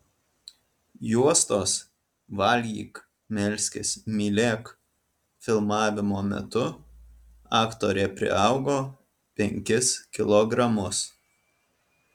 juostos valgyk melskis mylėk filmavimo metu aktorė priaugo penkis kilogramus